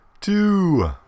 two